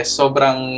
sobrang